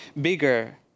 bigger